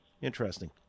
Interesting